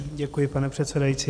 Děkuji, pane předsedající.